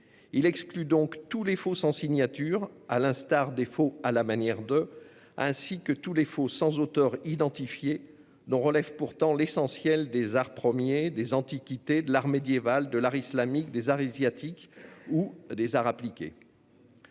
Il exclut donc tous les faux sans signature, à l'instar des faux « à la manière de », ainsi que tous les faux sans auteur identifié, dont relèvent pourtant l'essentiel des arts premiers, des antiquités, de l'art médiéval, de l'art islamique, des arts asiatiques ou des arts appliqués.